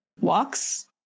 walks